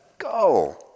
Go